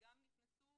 נכנסו